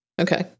Okay